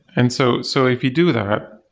and so so if you do that,